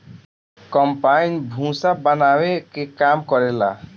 combine भूसा बानावे के काम करेला